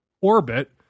orbit